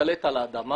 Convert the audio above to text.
להשתלט על האדמה,